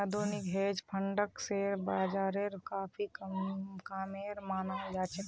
आधुनिक हेज फंडक शेयर बाजारेर काफी कामेर मनाल जा छे